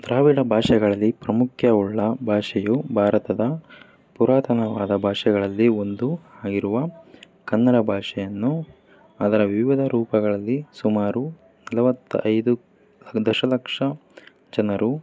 ದ್ರಾವಿಡ ಭಾಷೆಗಳಲ್ಲಿ ಪ್ರಾಮುಖ್ಯವುಳ್ಳ ಭಾಷೆಯು ಭಾರತದ ಪುರಾತನವಾದ ಭಾಷೆಗಳಲ್ಲಿ ಒಂದು ಆಗಿರುವ ಕನ್ನಡ ಭಾಷೆಯನ್ನು ಅದರ ವಿವಿಧ ರೂಪಗಳಲ್ಲಿ ಸುಮಾರು ನಲವತ್ತ ಐದು ದಶಲಕ್ಷ ಜನರು